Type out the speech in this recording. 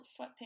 sweatpants